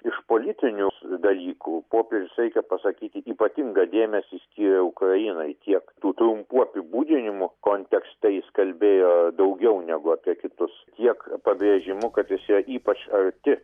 iš politinių dalykų popiežius reikia pasakyti ypatingą dėmesį skyrė ukrainai tiek tų trumpų apibūdinimų kontekste jis kalbėjo daugiau negu apie kitus tiek pabrėžimu kad jis yra ypač arti